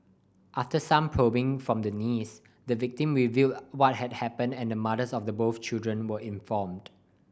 after some probing from the niece the victim revealed what had happened and the mothers of the both children were informed